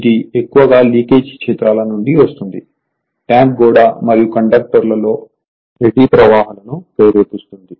ఇది ఎక్కువగా లీకేజీ క్షేత్రాల నుండి వస్తుంది ట్యాంక్ గోడ మరియు కండక్టర్లలో ఎడ్డీ ప్రవాహాలను ప్రేరేపిస్తుంది